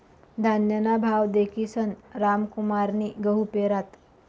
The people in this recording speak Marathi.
धान्यना भाव दखीसन रामकुमारनी गहू पेरात